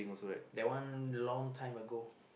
that one long time ago